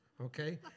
okay